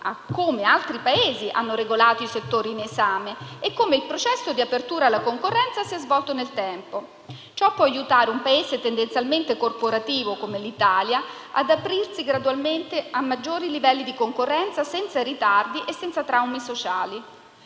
come altri Paesi hanno regolato i settori in esame e come il processo di apertura alla concorrenza si è svolto nel tempo. Ciò può aiutare un Paese tendenzialmente corporativo come l'Italia ad aprirsi gradualmente a maggiori livelli di concorrenza senza ritardi e senza traumi sociali.